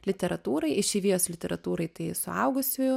literatūrai išeivijos literatūrai tai suaugusiųjų